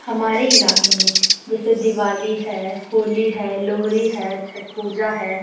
ہمارے علاقے میں جیسے دیوالی ہے ہولی ہے لوہری ہے چھٹ پوجا ہے